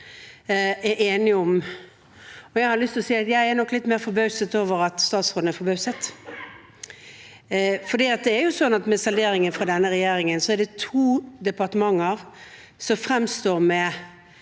er enige om. Jeg er nok litt mer forbauset over at statsråden er forbauset. For med salderingen fra denne regjeringen er det to departementer som fremstår med